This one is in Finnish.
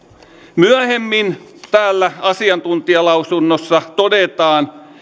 myöhemmin täällä asiantuntijalausunnossa todetaan